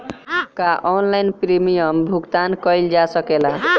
का online premium भुगतान कईल जा सकेला?